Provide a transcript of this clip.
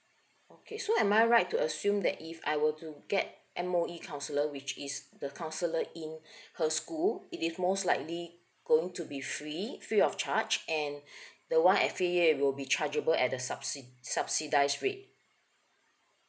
okay so am I right to assume that if I were to get M_O_E counsellor which is the counsellor in her school it is most likely going to be free free of charge and the [one] at fei yue will be chargeable at the subsidy subsidized rate